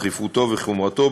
דחיפותו וחומרתו,